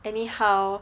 anyhow